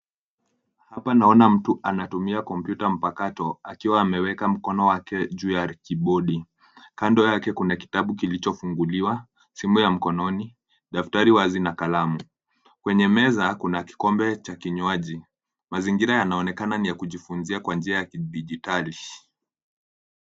Hapa naona mtu anatumia kompyuta mpakato akiwa ameweka mkono wake juu ya kibodi. Kando yake kuna kitabu kilichofunguliwa , simu ya mkononi, daftari wazi na kalamu. Kwenye meza kuna kikombe cha kinywaji . Mazingira yanaonekana ni ya kujifunzia kwa njia ya kidijitali.